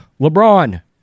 LeBron